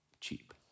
cheap